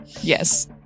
yes